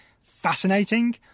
fascinating